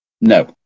No